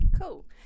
Cool